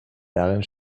darin